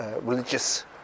religious